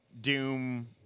Doom